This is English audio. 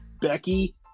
Becky